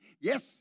Yes